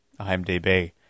IMDb